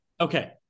Okay